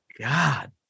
God